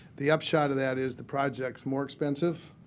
the upshot of that is the project's more expensive.